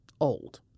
old